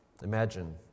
Imagine